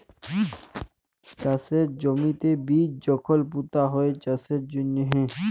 চাষের জমিতে বীজ যখল পুঁতা হ্যয় চাষের জ্যনহে